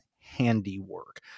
handiwork